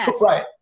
Right